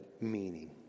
meaning